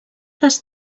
les